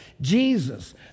Jesus